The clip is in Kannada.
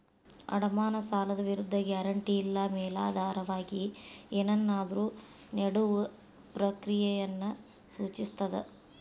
ಅಡಮಾನ ಸಾಲದ ವಿರುದ್ಧ ಗ್ಯಾರಂಟಿ ಇಲ್ಲಾ ಮೇಲಾಧಾರವಾಗಿ ಏನನ್ನಾದ್ರು ನೇಡುವ ಪ್ರಕ್ರಿಯೆಯನ್ನ ಸೂಚಿಸ್ತದ